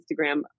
Instagram